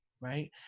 right